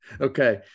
Okay